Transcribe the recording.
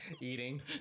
Eating